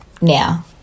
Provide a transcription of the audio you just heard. now